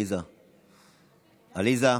עליזה, עליזה,